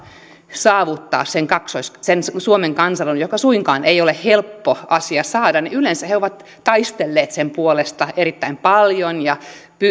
saavuttaa esimerkiksi sen suomen kansalaisuuden joka suinkaan ei ole helppo asia saada yleensä ovat taistelleet sen puolesta erittäin paljon ja